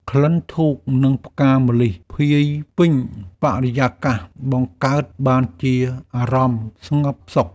ក្លិនធូប និងផ្កាម្លិះភាយពេញបរិយាកាស បង្កើតបានជាអារម្មណ៍ស្ងប់សុខ។